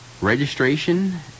Registration